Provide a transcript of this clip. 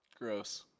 Gross